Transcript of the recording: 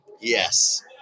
Yes